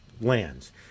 lands